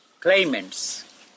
claimants